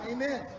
Amen